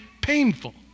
painful